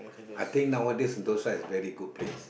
I think nowadays sentosa is very good place